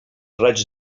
raig